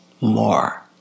More